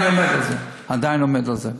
ואני עדיין עומד על זה.